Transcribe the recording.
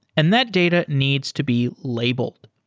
and that data needs to be labeled.